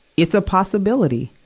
it's a possibility.